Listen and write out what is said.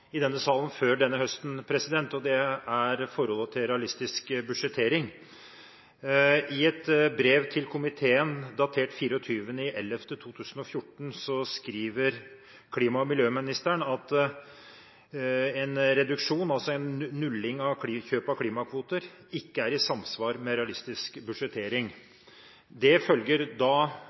i denne salen før denne høsten, og det er forholdet til realistisk budsjettering. I et brev til komiteen datert den 24. november 2014 skriver klima- og miljøministeren at en reduksjon – altså en nulling i kjøp av klimakvoter – ikke er i samsvar med realistisk budsjettering. Det følger